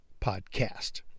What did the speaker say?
Podcast